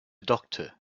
doctor